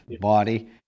body